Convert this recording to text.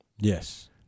Yes